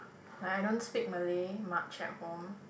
like I don't speak Malay much at home